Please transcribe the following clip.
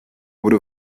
wurde